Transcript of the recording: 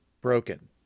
broken